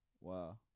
Wow